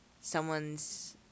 someone's